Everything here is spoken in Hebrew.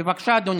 בבקשה, אדוני.